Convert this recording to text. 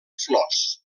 flors